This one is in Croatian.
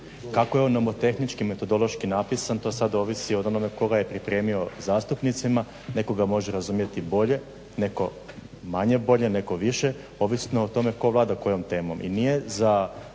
Kako je on nomotehnički, metodološki napisan to sada ovisi od onoga tko ga je pripremio zastupnicima. Netko ga može razumjeti bolje, neko manje bolje, neko više ovisno o tome ko vlada kojom temom.